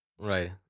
Right